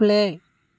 play